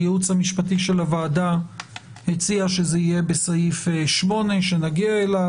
הייעוץ המשפטי של הוועדה הציע שזה יהיה בסעיף 8 שנגיע אליו.